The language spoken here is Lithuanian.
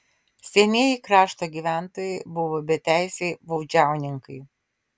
senieji krašto gyventojai buvo beteisiai baudžiauninkai